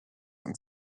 and